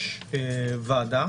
יש ועדה